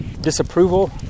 disapproval